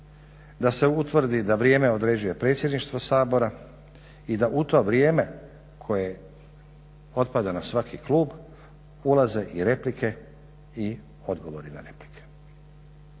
da se utvrdi da vrijeme određuje Predsjedništvo Sabora i da u to vrijeme koje otpada na svaki klub ulaze i replike i odgovori na replike.